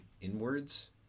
inwards